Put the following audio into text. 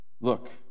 Look